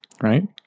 right